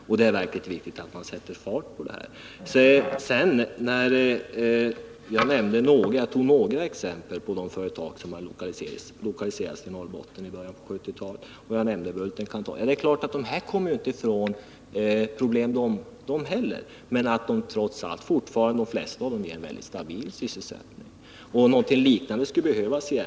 Det är verkligen viktigt att man sätter fart på detta. Jag nämnde några exempel på företag som lokaliserades till Norrbotten i början av 1970-talet, bl.a. Bulten-Kanthal AB. Det är klart att dessa företag inte heller kommer ifrån problem. Men trots allt har de flesta fortfarande en väldigt stabil sysselsättning. En liknande satsning skulle behövas igen.